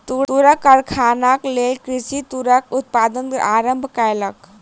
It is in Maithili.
तूरक कारखानाक लेल कृषक तूरक उत्पादन आरम्भ केलक